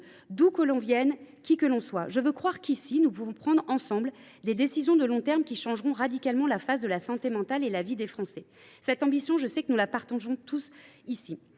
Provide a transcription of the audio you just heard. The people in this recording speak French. d’où que l’on vienne, qui que l’on soit. Je veux croire que, ici, nous pouvons prendre ensemble des décisions de long terme qui changeront radicalement la situation de la santé mentale et donc la vie des Français. Cette ambition, je sais que nous la partageons tous ici.